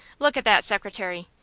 look at that secretary!